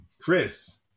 Chris